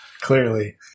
Clearly